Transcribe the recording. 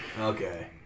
Okay